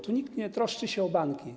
Tu nikt nie troszczy się o banki.